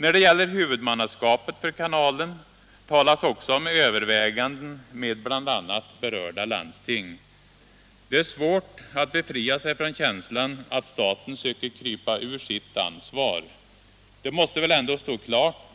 När det gäller huvudmannaskapet för kanalen talas också om överväganden i samråd med bl.a. berörda landsting. Det är svårt att befria sig från känslan att staten söker krypa ur sitt ansvar. Det måste väl ändå stå klart